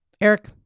Eric